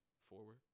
Forward